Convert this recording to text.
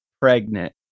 pregnant